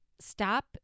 stop